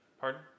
Pardon